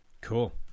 Cool